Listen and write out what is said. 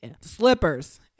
Slippers